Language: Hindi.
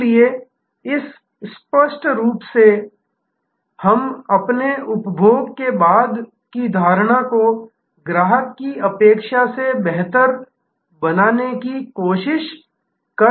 इसलिए इस स्पष्ट रूप से हम अपने उपभोग के बाद की धारणा को ग्राहक की अपेक्षा से बेहतर बनाने की कोशिश कर रहे हैं